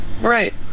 right